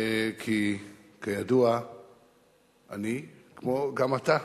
כי כידוע אני, וגם אתה,